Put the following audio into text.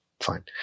Fine